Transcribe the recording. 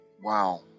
wow